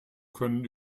können